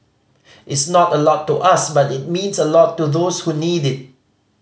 it's not a lot to us but it means a lot to those who need it